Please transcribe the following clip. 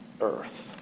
earth